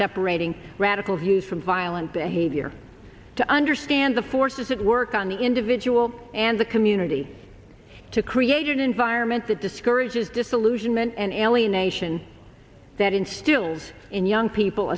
separating radical views from violent behavior to understand the forces that work on the individual and the community to create an environment that discourages disillusionment and alienation that instills in young people